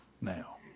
Now